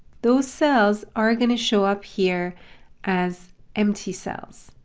those cells are going to show up here as empty cells,